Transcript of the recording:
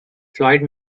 floyd